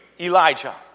Elijah